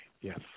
yes